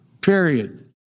period